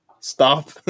Stop